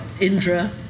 Indra